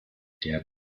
der